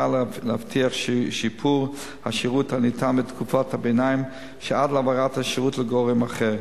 להבטיח את שיפור השירות הניתן בתקופת הביניים שעד להעברת השירות לגורם אחר.